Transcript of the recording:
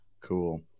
cool